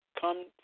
come